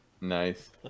Nice